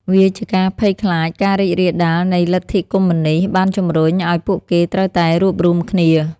វាជាភ័យខ្លាចការរីករាលដាលនៃលទ្ធិកុម្មុយនីស្តបានជំរុញឱ្យពួកគេត្រូវតែរួបរួមគ្នា ។